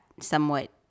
somewhat